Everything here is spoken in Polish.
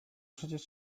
przecież